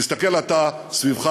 תסתכל אתה סביבך,